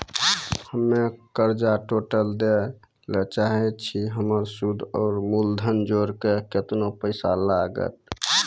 हम्मे कर्जा टोटल दे ला चाहे छी हमर सुद और मूलधन जोर के केतना पैसा लागत?